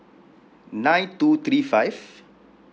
nine two three five